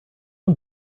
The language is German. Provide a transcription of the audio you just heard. und